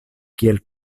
kiel